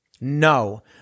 No